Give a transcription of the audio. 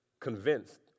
convinced